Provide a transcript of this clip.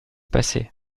passé